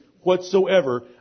whatsoever